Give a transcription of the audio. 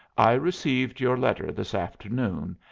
i received your letter this afternoon,